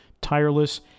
tireless